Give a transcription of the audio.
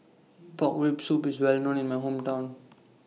Pork Rib Soup IS Well known in My Hometown